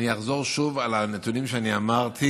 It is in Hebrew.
אחזור שוב על הנתונים שאמרתי,